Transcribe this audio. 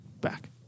back